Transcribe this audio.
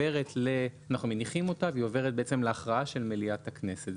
אנחנו מניחים אותה והיא עוברת להכרעה של מליאת הכנסת.